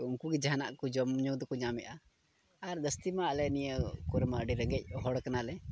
ᱩᱱᱠᱩ ᱜᱮ ᱡᱟᱦᱟᱱᱟᱜ ᱠᱚ ᱡᱚᱢᱼᱧᱩ ᱫᱚᱠᱚ ᱧᱟᱢᱮᱜᱼᱟ ᱟᱨ ᱡᱟᱹᱥᱛᱤᱢᱟ ᱟᱞᱮ ᱱᱤᱭᱟᱹ ᱠᱚᱨᱮᱜᱢᱟ ᱟᱹᱰᱤ ᱨᱮᱸᱜᱮᱡ ᱦᱚᱲ ᱠᱟᱱᱟ ᱞᱮ